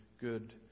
good